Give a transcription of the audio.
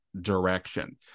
direction